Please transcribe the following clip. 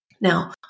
Now